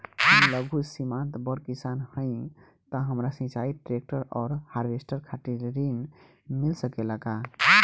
हम लघु सीमांत बड़ किसान हईं त हमरा सिंचाई ट्रेक्टर और हार्वेस्टर खातिर ऋण मिल सकेला का?